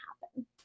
happen